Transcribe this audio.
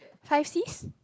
hi sis